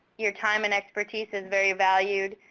your time and expertise is very valued.